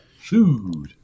food